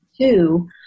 two